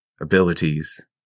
abilities